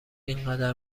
اینقدر